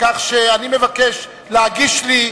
כך שאני מבקש להגיש לי,